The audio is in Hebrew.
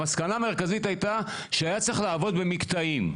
המסקנה המרכזית הייתה שהיה צריך לעבוד במקטעים.